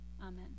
Amen